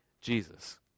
Jesus